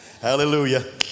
Hallelujah